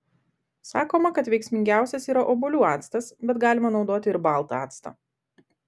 sakoma kad veiksmingiausias yra obuolių actas bet galima naudoti ir baltą actą